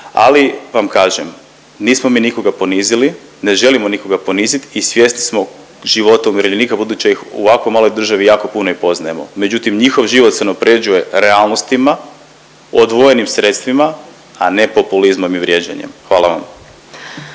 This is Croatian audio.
Ali vam kažem nismo mi nikoga ponizili, ne želimo nikoga poniziti i svjesni smo života umirovljenika budući da ih u ovako maloj državi jako puno i poznajemo. Međutim, njihov život se unapređuje realnostima, odvojenim sredstvima, a ne populizmom i vrijeđanjem. Hvala vam.